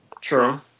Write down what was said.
True